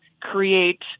create